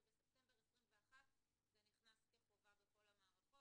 ובספטמבר 2021 זה נכנס כחובה בכל המערכות,